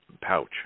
pouch